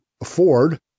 afford